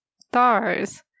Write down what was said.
stars